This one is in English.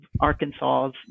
Arkansas's